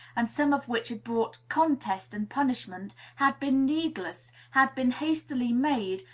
and some of which had brought contest and punishment, had been needless, had been hastily made,